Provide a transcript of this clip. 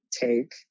take